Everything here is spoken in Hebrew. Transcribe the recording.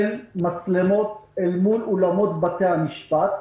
מצלמות מול אולמות בתי המשפט,